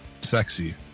Sexy